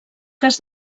cas